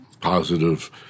positive